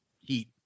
Heat